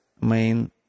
main